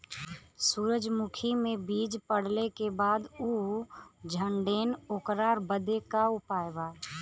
सुरजमुखी मे बीज पड़ले के बाद ऊ झंडेन ओकरा बदे का उपाय बा?